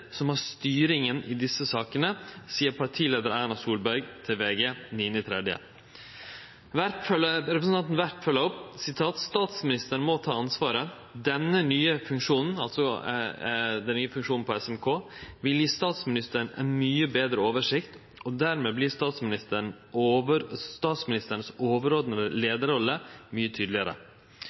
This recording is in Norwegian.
som har styringen i disse sakene.» Det sa partileiaren Erna Solberg til VG den 9. mars. Representanten Werp følgde opp: «Statsministeren må ta ansvaret. Denne nye funksjonen» – altså den nye funksjonen på SMK – «vil gi statsministeren en mye bedre oversikt, og dermed blir statsministerens overordnede lederrolle mye tydeligere.»